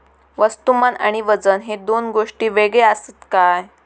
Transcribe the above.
वस्तुमान आणि वजन हे दोन गोष्टी वेगळे आसत काय?